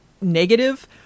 negative